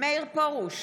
מאיר פרוש,